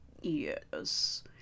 Yes